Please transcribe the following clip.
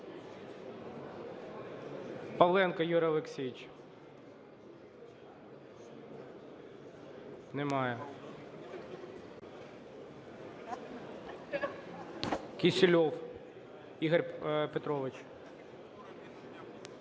Павленко Юрій Олексійович. Немає. Кісільов Ігор Петрович.